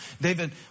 David